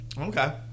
Okay